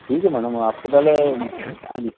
ठीक है मैडम आपको पहले हाँ जी